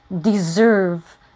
deserve